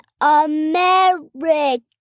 America